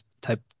type